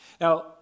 Now